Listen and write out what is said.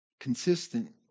consistent